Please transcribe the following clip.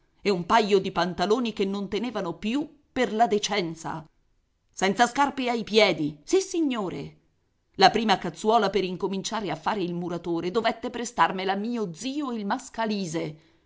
e un paio di pantaloni che non tenevano più per la decenza senza scarpe ai piedi sissignore la prima cazzuola per incominciare a fare il muratore dovette prestarmela mio zio il mascalise